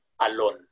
alone